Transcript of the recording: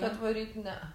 kad varyt nea